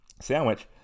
sandwich